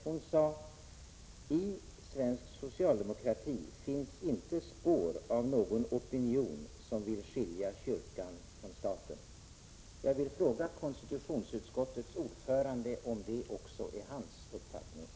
Hon sade: I svensk socialdemokrati finns inte spår av någon opinion som vill skilja kyrkan från staten. Jag frågar konstitutionsutskottets ordförande om det också är hans uppfattning.